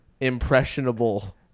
impressionable